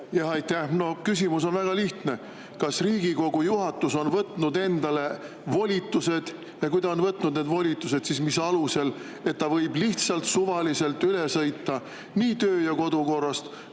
Aitäh! No küsimus on väga lihtne: kas Riigikogu juhatus on võtnud endale volitused, ja kui ta on võtnud need volitused, siis mis alusel, et ta võib lihtsalt suvaliselt üle sõita nii töö- ja kodukorrast